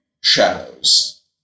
shadows